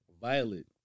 Violet